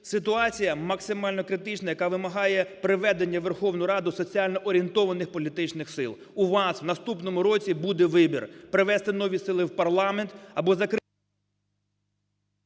Ситуація максимально критична, яка вимагає приведення в Верховну Раду соціально орієнтованих політичних сил. У вас в наступному році буде вибір: привести нові сили в парламент або…